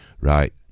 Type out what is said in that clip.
Right